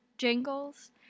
jingles